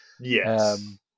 Yes